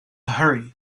hurry